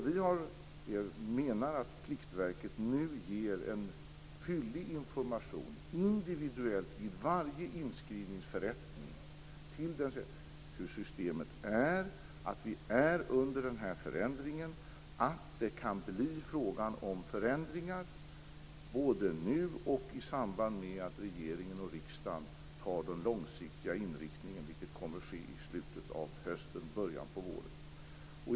Vi menar att Pliktverket nu ger en fyllig information individuellt vid varje inskrivningsförrättning om hur systemet är, att det pågår en förändring, att det kan bli fråga om förändringar både nu och i samband med att regeringen och riksdagen antar den långsiktiga inriktningen - vilket kommer att ske i slutet av hösten eller början av våren.